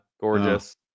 gorgeous